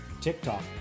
TikTok